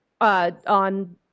on